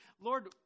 Lord